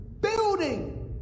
Building